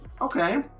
Okay